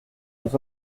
nous